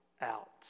out